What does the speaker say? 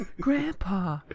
Grandpa